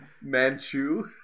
Manchu